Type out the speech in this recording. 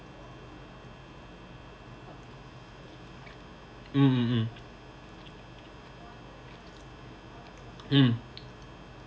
mm mm mm mm